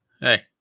Hey